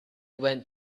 went